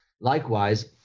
Likewise